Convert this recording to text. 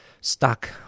stuck